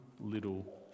little